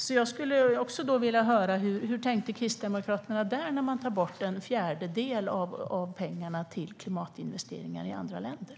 Därför skulle jag vilja höra hur Kristdemokraterna tänker när de tar bort en fjärdedel av pengarna till klimatinvesteringar i andra länder.